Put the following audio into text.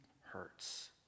hurts